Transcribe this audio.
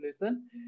listen